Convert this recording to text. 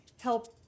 help